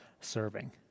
serving